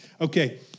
Okay